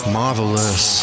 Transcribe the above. marvelous